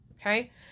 Okay